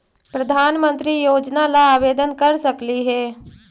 प्रधानमंत्री योजना ला आवेदन कर सकली हे?